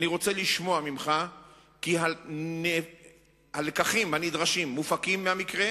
אני רוצה לשמוע ממך שהלקחים הנדרשים מופקים מהמקרה